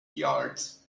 yards